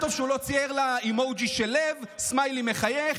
טוב שהוא לא צייר לה אימוג'י של לב, סמיילי מחייך.